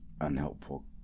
unhelpful